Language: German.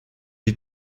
die